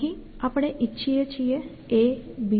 અહીં આપણે ઇચ્છીએ છીએ ABD